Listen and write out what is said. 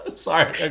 Sorry